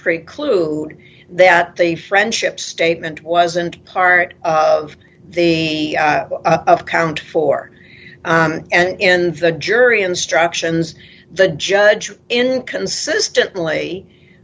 preclude that the friendship statement wasn't part of the account for and in the jury instructions the judge in consistently